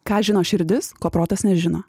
ką žino širdis ko protas nežino